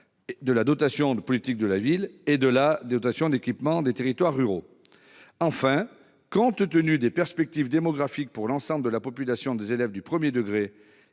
de la dotation de politique de la ville et de la dotation d'équipement des territoires ruraux. Enfin, compte tenu des perspectives démographiques pour l'ensemble de la population des élèves du premier degré,